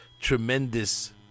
tremendous